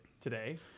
today